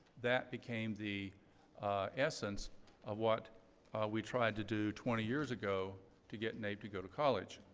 that became the essence of what we tried to do twenty years ago to get naep to go to college.